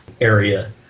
area